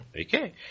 Okay